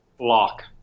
Lock